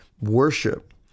worship